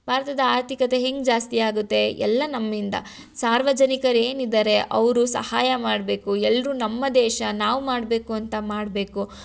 ಭಾರತದ ಆರ್ಥಿಕತೆ ಹೇಗ್ ಜಾಸ್ತಿ ಆಗುತ್ತೆ ಎಲ್ಲ ನಮ್ಮಿಂದ ಸಾರ್ವಜನಿಕರು ಏನಿದ್ದಾರೆ ಅವರು ಸಹಾಯ ಮಾಡಬೇಕು ಎಲ್ಲರೂ ನಮ್ಮ ದೇಶ ನಾವು ಮಾಡಬೇಕು ಅಂತ ಮಾಡಬೇಕು